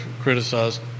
criticized